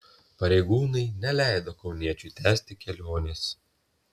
pareigūnai neleido kauniečiui tęsti kelionės